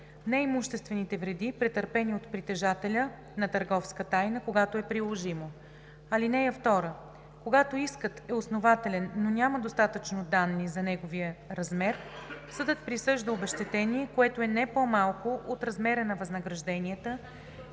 неимуществените вреди, претърпени от притежателя на търговска тайна, когато е приложимо. (2) Когато искът е основателен, но няма достатъчно данни за неговия размер, съдът присъжда обезщетение, което е не по-малко от размера на възнагражденията,